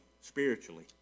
spiritually